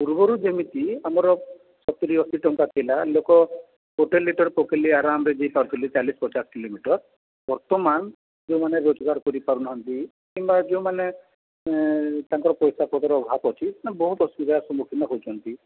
ପୂର୍ବରୁ ଯେମିତି ଆମର ସତୁରି ଅଶୀ ଟଙ୍କା ଥିଲା ଲୋକ ଗୋଟେ ଲିଟର୍ ପକେଇଲେ ଆରାମରେ ଯାଇପାରୁଥିଲେ ଚାଳିଶ ପଚାଶ କିଲୋମିଟର୍ ବର୍ତ୍ତମାନ ଯୋଉମାନେ ରୋଜଗାର କରି ପାରୁନାହାନ୍ତି କିମ୍ବା ଯୋଉମାନେ ତାଙ୍କର ପଇସାପତ୍ର ଅଭାବ ଅଛି କିମ୍ବା ବହୁତ ଅସୁବିଧାର ସମ୍ମୁଖୀନ ହେଉଛନ୍ତି